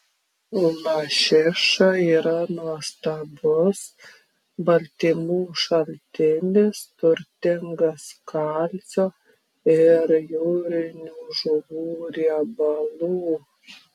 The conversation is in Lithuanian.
lašiša yra nuostabus baltymų šaltinis turtingas kalcio ir jūrinių žuvų riebalų